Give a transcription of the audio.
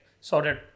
sorted